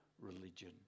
religion